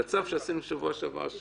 הצו שעשינו בשבוע שעבר,